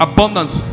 Abundance